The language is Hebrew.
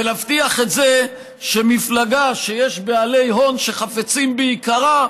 ולהבטיח את זה שמפלגה שיש בעלי הון שחפצים ביקרה,